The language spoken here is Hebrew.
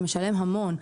אתה משלם המון,